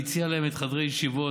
היא הציעה להם את חדרי הישיבות,